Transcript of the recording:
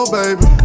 baby